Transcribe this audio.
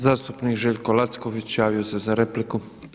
Zastupnik Željko Lacković javio se za repliku.